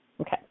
Okay